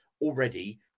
already